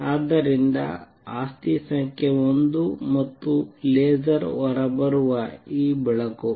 ಆದ್ದರಿಂದ ಆಸ್ತಿ ಸಂಖ್ಯೆ 1 ಮತ್ತು ಈ ಲೇಸರ್ ಹೊರಬರುವ ಈ ಬೆಳಕು